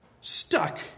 stuck